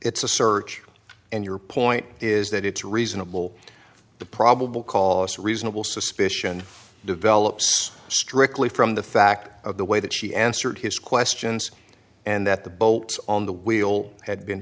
it's a search and your point is that it's reasonable the probable call us reasonable suspicion develops strictly from the fact of the way that she answered his questions and that the bolts on the wheel had been